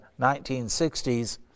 1960s